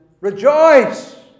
Rejoice